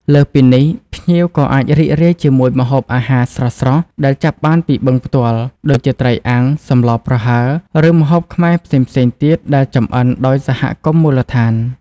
លើសពីនេះ ភ្ញៀវក៏អាចរីករាយជាមួយម្ហូបអាហារស្រស់ៗដែលចាប់បានពីបឹងផ្ទាល់ ដូចជាត្រីអាំង សម្លប្រហើរ ឬម្ហូបខ្មែរផ្សេងៗទៀតដែលចម្អិនដោយសហគមន៍មូលដ្ឋាន។